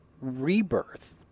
Rebirth